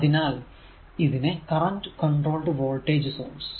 അതിനാൽ ഇതിനെ current controlled voltage source